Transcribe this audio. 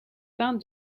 pins